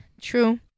True